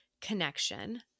connection